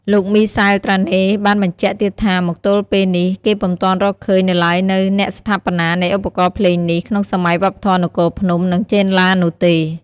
លោកមីសែល ត្រាណេ បានបញ្ជាក់ទៀតថាមកទល់ពេលនេះគេពុំទាន់រកឃើញនៅឡើយនូវអ្នកស្ថាបនានៃឧបករណ៍ភ្លេងនេះ ក្នុងសម័យវប្បធម៌នគរភ្នំ និងចេនឡានោះទេ។